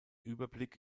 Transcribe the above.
überblick